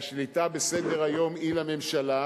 והשליטה בסדר-היום היא לממשלה,